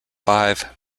five